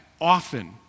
often